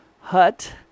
Hut